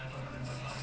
!aiyo!